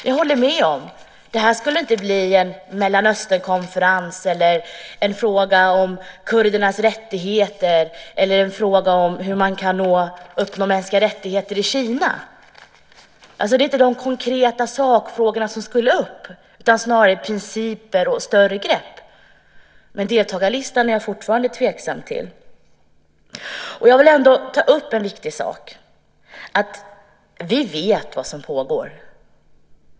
Jag håller med om att det här inte skulle bli en Mellanösternkonferens, en fråga om kurdernas rättigheter eller en fråga om hur man kan uppnå mänskliga rättigheter i Kina. Det var inte de konkreta sakfrågorna som skulle upp utan snarare principer och större grepp. Men deltagarlistan är jag fortfarande tveksam till. Jag vill ändå ta upp en viktig sak. Vi vet vad som pågår.